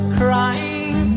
crying